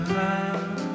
love